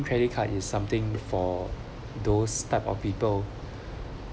credit card is something for those type of people